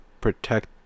protect